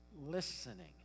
listening